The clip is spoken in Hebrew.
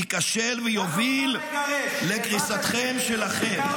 ייכשל ויוביל לקריסתכם שלכם.